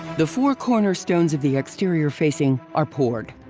the four cornerstones of the exterior facing are poured.